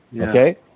Okay